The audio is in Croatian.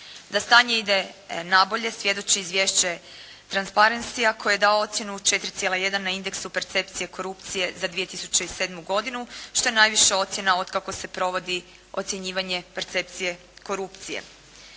Da stanje ide na bolje svjedoči i izvješće Transparencya koje je dao ocjenu 4,1 na indeksu percepcije korupcije za 2007. godinu što je najviša ocjena od kako se provodi ocjenjivanje percepcije korupcije.